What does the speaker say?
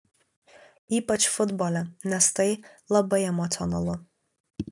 ypač futbole nes tai labai emocionalu